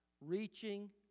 Reaching